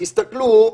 תסתכלו,